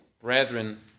Brethren